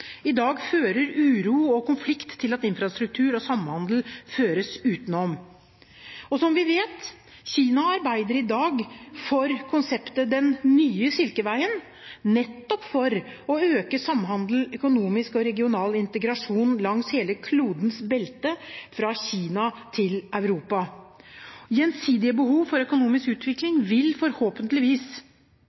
I dag fører uro og konflikt til at infrastruktur og samhandel føres utenom. Som vi vet: Kina arbeider i dag for konseptet den nye silkeveien, nettopp for å øke samhandel og økonomisk og regional integrasjon langs hele klodens belte, fra Kina til Europa. Gjensidige behov for økonomisk utvikling vil forhåpentligvis